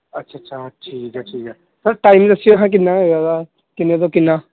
ਅੱਛ ਅੱਛਾ ਠੀਕ ਹੈ ਠੀਕ ਹੈ ਸਰ ਟਾਈਮ ਦੱਸਿਓ ਸਰ ਕਿੰਨਾ ਹੈਗਾ ਵਾ ਕਿੰਨੇ ਤੋਂ ਕਿੰਨਾ